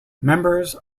members